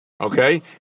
Okay